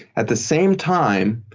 at the same time,